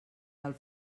del